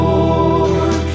Lord